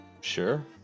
Sure